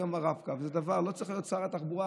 היום הרב-קו זה דבר שלא צריך להיות שר התחבורה,